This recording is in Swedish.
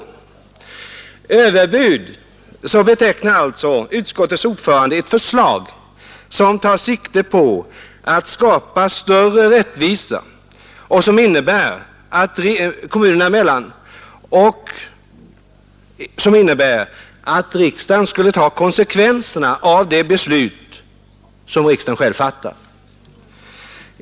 Överbud — så betecknar alltså utskottets ordförande ett förslag som tar sikte på att skapa större rättvisa kommunerna emellan och som innebär att riksdagen skulle ta konsekvenserna av de beslut som den själv fattat.